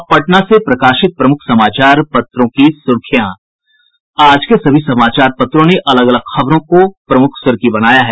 अब पटना से प्रकाशित प्रमुख समाचार पत्रों की सुर्खियां आज के सभी समाचार पत्रों ने अलग अलग खबरों को प्रमुख सुर्खी बनाया है